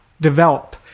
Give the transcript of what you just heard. develop